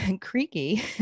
Creaky